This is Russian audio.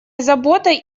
заботой